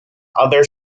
other